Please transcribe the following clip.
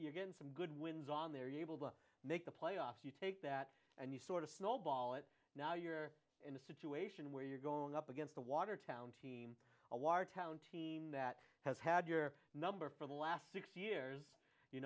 you're getting some good wins on their evil to make the playoffs you take that and you sort of snowball it now you're in a situation where you're going up against the watertown team a large town team that has had your number for the last six years you